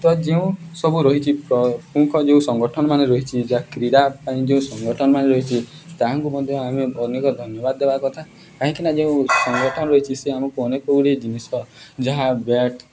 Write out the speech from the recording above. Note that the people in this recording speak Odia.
ତ ଯେଉଁ ସବୁ ରହିଛି ପ୍ରମୁଖ ଯେଉଁ ସଂଗଠନ ମାନ ରହିଛି ଯା କ୍ରୀଡ଼ା ପାଇଁ ଯେଉଁ ସଂଗଠନ ମାନ ରହିଛି ତାହାଙ୍କୁ ମଧ୍ୟ ଆମେ ଅନେକ ଧନ୍ୟବାଦ ଦେବା କଥା କାହିଁକି ନା ଯେଉଁ ସଂଗଠନ ରହିଛି ସେ ଆମକୁ ଅନେକ ଗୁଡ଼ିଏ ଜିନିଷ ଯାହା ବ୍ୟାଟ୍